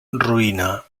roïna